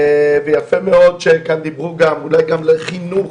אולי גם לחינוך